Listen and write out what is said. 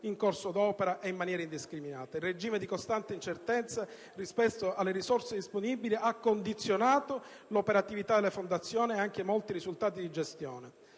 in corso d'opera e in maniera indiscriminata. Il regime di costante incertezza rispetto alle risorse disponibili ha condizionato l'operatività delle fondazioni e anche molti risultati di gestione.